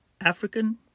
African